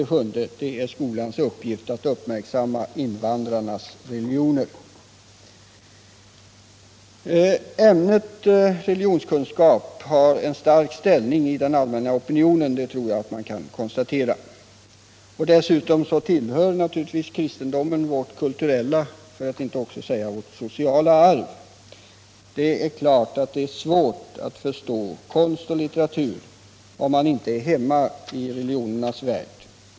7. Det är skolans uppgift att uppmärksamma invandrarnas religioner.” Ämnet religionskunskap har en stark ställning i den allmänna opinionen — det tror jag att man kan konstatera. Dessutom tillhör kristendomen vårt kulturella för att inte säga sociala arv. Det är klart att det är svårt att förstå konst och litteratur om man inte är hemma i religionens värld.